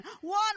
one